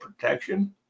Protection